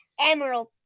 Emerald